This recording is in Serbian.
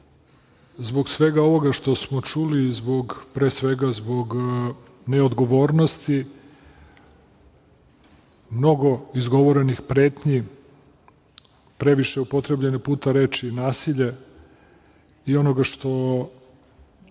zbog svega ovoga što smo čuli i pre svega zbog neodgovornosti, mnogo izgovorenih pretnji, previše upotrebljene puta reči nasilje i onoga što